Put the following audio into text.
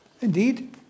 Indeed